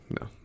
no